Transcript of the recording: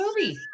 movie